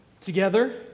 together